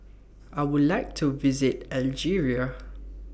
I Would like to visit Algeria